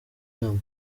namba